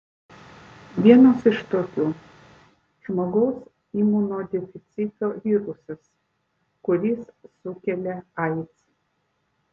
vienas iš tokių žmogaus imunodeficito virusas kuris sukelia aids